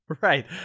right